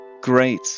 great